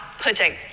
pudding